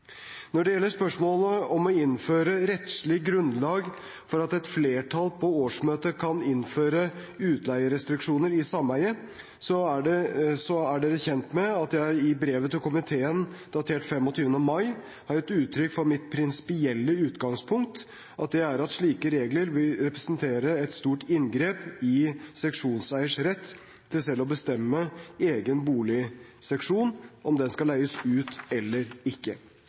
Når det gjelder spørsmålet om å innføre rettslig grunnlag for at et flertall på årsmøtet kan innføre utleierestriksjoner i sameiet, er dere kjent med at jeg i brevet til komiteen datert den 25. mai har gitt uttrykk for at mitt prinsipielle utgangspunkt er at slike regler vil representere et stort inngrep i seksjonseiers rett til selv å bestemme om egen boligseksjon skal leies ut eller ikke.